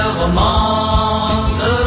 romance